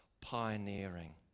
pioneering